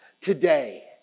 today